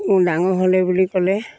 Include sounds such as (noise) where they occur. (unintelligible) ডাঙৰ হ'লে বুলি ক'লে